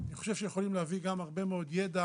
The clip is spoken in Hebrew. אני חושב שיכולים להביא גם הרבה מאוד ידע